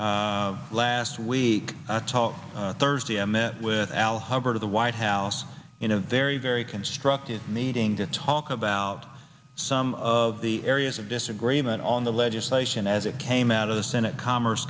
last week i talked thursday i met with al hubbard of the white house in a very very constructive meeting to talk about some of the areas of disagreement on the legislation as it came out of the senate commerce